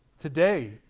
today